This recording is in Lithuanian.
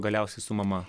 galiausiai su mama